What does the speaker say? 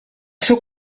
seu